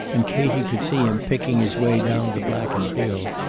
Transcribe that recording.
and katie could see him picking his way down the blackened hill,